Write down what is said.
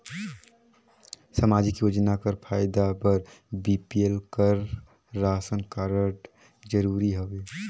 समाजिक योजना कर फायदा बर बी.पी.एल कर राशन कारड जरूरी हवे?